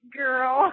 girl